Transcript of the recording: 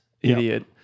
idiot